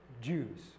Jews